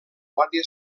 guàrdia